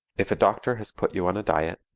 if a doctor has put you on a diet,